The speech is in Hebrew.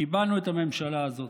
קיבלנו את הממשלה הזאת.